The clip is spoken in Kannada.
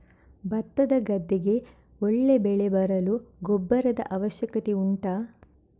ಭತ್ತದ ಗದ್ದೆಗೆ ಒಳ್ಳೆ ಬೆಳೆ ಬರಲು ಗೊಬ್ಬರದ ಅವಶ್ಯಕತೆ ಉಂಟಾ